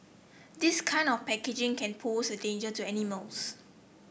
this kind of packaging can pose a danger to animals